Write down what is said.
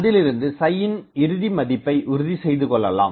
அதிலிருந்து யின் இறுதிமதிப்பை உறுதி செய்து கொள்ளலாம்